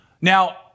Now